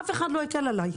אף אחד לא הקל עליי.